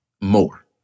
more